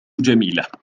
جميلة